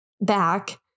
back